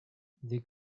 they